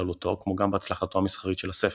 בכללותו כמו גם בהצלחתו המסחרית של הספר,